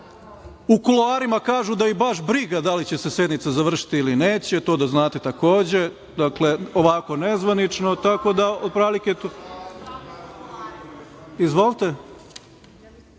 U kuloarima kažu da ih baš briga da li će se sednica završiti ili neće, to da znate takođe, ovako nezvanično.(Narodni